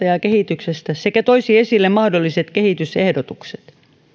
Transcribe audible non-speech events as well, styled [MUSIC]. [UNINTELLIGIBLE] ja ja kehityksestä sekä toisi esille mahdolliset kehitysehdotukset